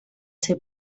ser